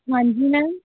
ਹਾਂਜੀ ਮੈਮ